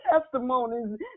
testimonies